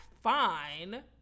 fine